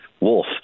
Wolf